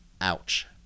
ouch